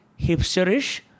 hipsterish